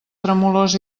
tremolors